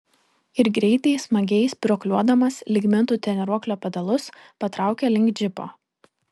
ir greitai smagiai spyruokliuodamas lyg mintų treniruoklio pedalus patraukė link džipo